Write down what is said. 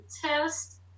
test